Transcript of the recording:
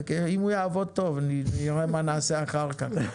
ואם הוא יעבוד טוב נראה מה נעשה אחר כך,